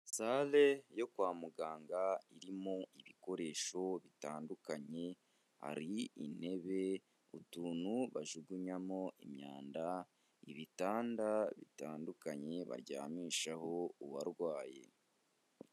Sare yo kwa muganga irimo ibikoresho bitandukanye, hari intebe, utuntu bajugunyamo imyanda, ibitanda bitandukanye baryamishaho uwarwaye.